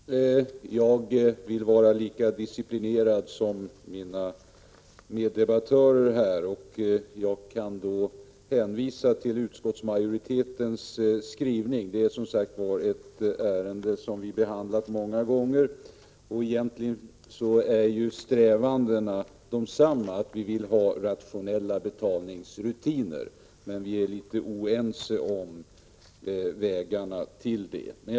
Herr talman! Jag vill vara lika disciplinerad som mina meddebattörer här. Jag kan då hänvisa till utskottsmajoritetens skrivning. Detta är som sagt ett ärende som vi har behandlat många gånger. Strävandena är egentligen fortfarande desamma, nämligen att vi vill ha rationella betalningsrutiner. Vi är dock litet oense när det gäller vägarna att nå dit.